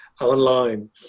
online